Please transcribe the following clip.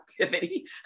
activity